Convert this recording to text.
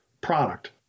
product